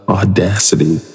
audacity